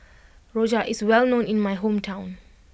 Rojak is well known in my hometown